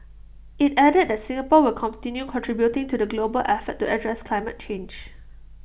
IT added that Singapore will continue contributing to the global effort to address climate change